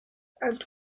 and